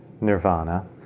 nirvana